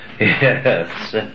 Yes